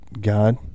God